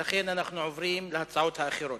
ולכן אנחנו עוברים להצעות האחרות.